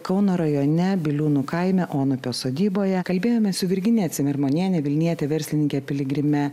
kauno rajone biliūnų kaime onupio sodyboje kalbėjomės su virginija cimermaniene vilniete verslininke piligrime